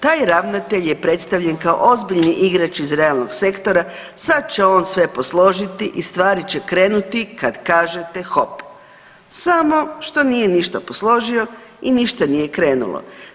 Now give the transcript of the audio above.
Taj ravnatelj je predstavljen kao ozbiljni igrač iz realnog sektora, sad će on sve posložiti i stvari će krenuti kad kažete hop, samo što nije ništa posložio i ništa nije krenulo.